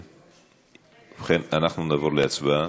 ובכן, אנחנו נעבור להצבעה.